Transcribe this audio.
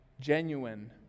genuine